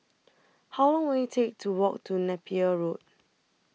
How Long Will IT Take to Walk to Napier Road